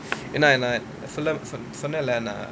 ஏனா நான்:yaenaa naan full ah சொன்னேல்ல நான்:sonnella naan